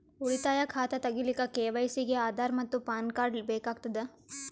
ಉಳಿತಾಯ ಖಾತಾ ತಗಿಲಿಕ್ಕ ಕೆ.ವೈ.ಸಿ ಗೆ ಆಧಾರ್ ಮತ್ತು ಪ್ಯಾನ್ ಕಾರ್ಡ್ ಬೇಕಾಗತದ